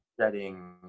setting